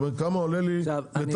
זאת אומרת כמה עולה לי לתחזק.